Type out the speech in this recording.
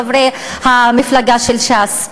חברי מפלגת ש"ס.